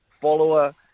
follower